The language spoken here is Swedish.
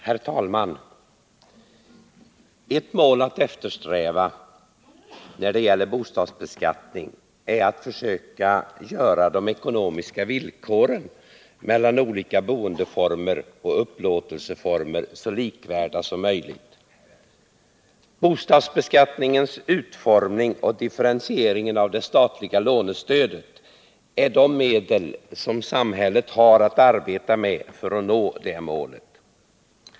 Herr talman! Ett mål att eftersträva när det gäller bostadsbeskattning är att försöka göra de ekonomiska villkoren mellan olika boendeformer och upplåtelseformer så lik värda som möjligt. Bostadsbeskattningens utformning och differentieringen av det statliga lånestödet är de medel som samhället har att arbeta med för att nå det målet.